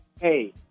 hey